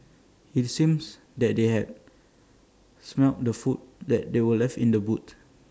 IT seems that they had smelt the food that they were left in the boot